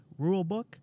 rulebook